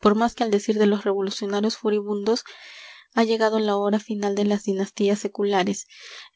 por más que al decir de los revolucionarios furibundos ha llegado la hora final de las dinastías seculares